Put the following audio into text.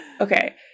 Okay